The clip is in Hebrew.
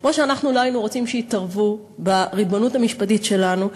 כמו שאנחנו לא היינו רוצים שיתערבו בריבונות המשפטית שלנו.